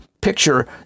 picture